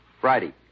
Friday